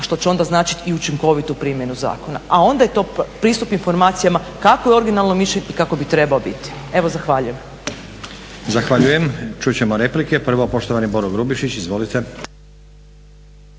što će onda značiti i učinkovitu primjenu zakona. A onda je to pristup informacijama kakvo je originalno mišljenje i kako bi trebao biti. Evo zahvaljujem. **Stazić, Nenad (SDP)** Zahvaljujem. Čut ćemo replike. Prvo poštovani Boro Grubišić. Izvolite.